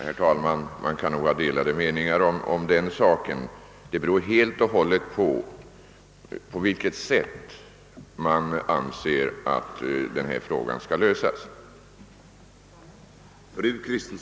Herr talman! Man kan ha delade meningar om den saken — det är helt beroende av på vilket sätt man anser att denna fråga skall lösas.